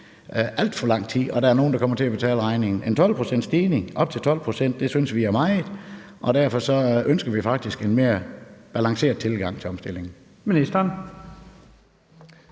alt for lang tid, og der er nogle, der kommer til at betale regningen. En stigning på op til 12 pct. synes vi er meget, og derfor ønsker vi faktisk en mere balanceret tilgang til omstillingen.